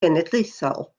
genedlaethol